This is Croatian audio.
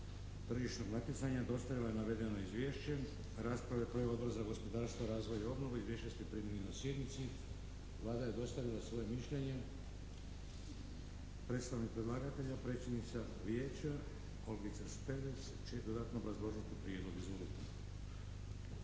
tržišnog natjecanja dostavila je navedeno izvješće. Raspravu je proveo Odbor za gospodarstvo, razvoj i obnovu. Izvješća ste primili na sjednici. Vlada je dostavila svoje mišljenje. Predstavnik predlagatelja, predsjednica vijeća, Olgica Spevec će dodatno obrazložiti prijedlog.